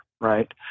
right